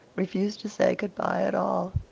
refused to say good-bye at all.